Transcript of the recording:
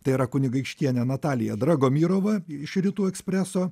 tai yra kunigaikštienė natalija dragomirova iš rytų ekspreso